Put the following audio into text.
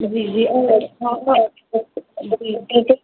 جی جی